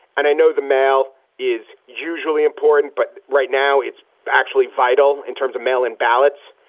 and i know the mail is usually important, but right now it's actually vital in terms of mail in ballots.